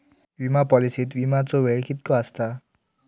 विमा पॉलिसीत विमाचो वेळ कीतको आसता?